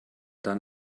dann